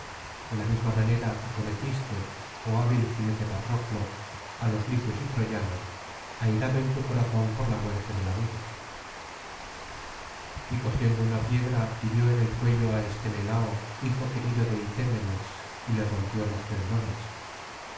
de la misma manera acometiste oh hábil jinete patroclo á los licios y troyanos airado en tu corazón por la muerte del amigo y cogiendo una piedra hirió en el cuello á estenelao hijo querido de itémenes y le rompió los tendones